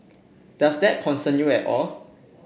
does that concern you at all